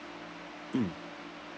mm